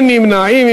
אין נמנעים.